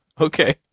Okay